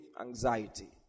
anxiety